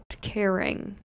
caring